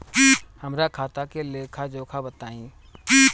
हमरा खाता के लेखा जोखा बताई?